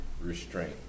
restraint